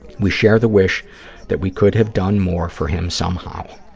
we share the wish that we could have done more for him somehow.